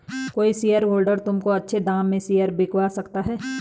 कोई शेयरहोल्डर तुमको अच्छे दाम में शेयर बिकवा सकता है